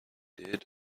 did